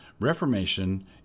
Reformation